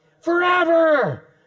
Forever